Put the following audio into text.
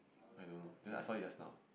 I don't know just I saw it just now